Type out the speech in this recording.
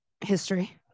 History